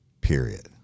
period